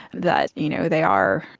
that you know they are,